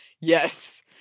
Yes